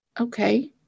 okay